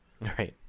Right